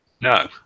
No